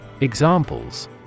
Examples